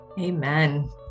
Amen